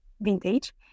vintage